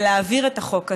ולהעביר את החוק הזה,